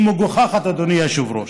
היא מגוחכת, אדוני היושב-ראש.